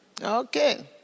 Okay